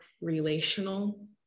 relational